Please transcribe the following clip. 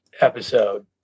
episode